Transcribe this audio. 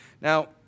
Now